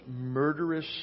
murderous